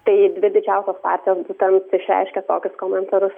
tai dvi didžiausios partijos būtent išreiškė tokius komentarus